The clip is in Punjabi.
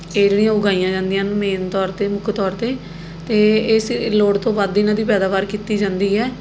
ਇਹ ਜਿਹੜੀਆਂ ਉਗਾਈਆਂ ਜਾਂਦੀਆਂ ਹਨ ਮੇਨ ਤੌਰ 'ਤੇ ਮੁੱਖ ਤੌਰ 'ਤੇ ਅਤੇ ਇਸ ਲੋੜ ਤੋਂ ਵੱਧ ਇਹਨਾਂ ਦੀ ਪੈਦਾਵਾਰ ਕੀਤੀ ਜਾਂਦੀ ਹੈ